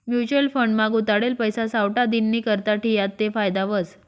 mutual fund मा गुताडेल पैसा सावठा दिननीकरता ठियात ते फायदा व्हस